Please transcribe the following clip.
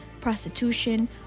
prostitution